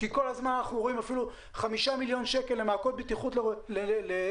כי אנחנו רואים שאפילו 5 מיליון שקל למעקות בטיחות לרוכבי